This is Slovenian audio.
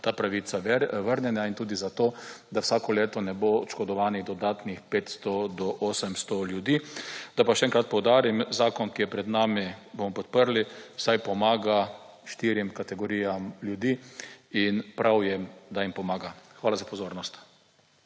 ta pravica vrnjena in tudi zato, da vsako leto ne bo oškodovanih dodatnih 500 do 800 ljudi. Naj pa še enkrat poudarim, zakon, ki je pred nami bomo podprli, saj pomaga štirim kategorijam ljudi in prav je, da jim pomaga. Hvala za pozornost.